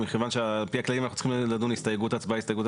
מכיוון שעל פי הכללים אנחנו צריכים לדון בהסתייגות ואחר כך הצבעה,